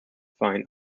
fine